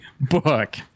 book